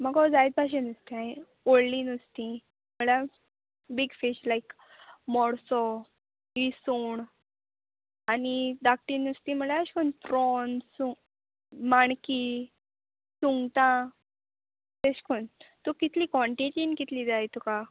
म्हाको जाय तशें नुस्तें व्हडलीं नुस्तीं म्हळ्या बीग फीश लायक मोडसो इसोण आनी धाकटी नुस्तीं म्हळ्यार अेशकोन्न प्रोन्स माणकी सुंगटां तेश कोन तूक कितली क्वॉन्टिटीन कितली जाय तुका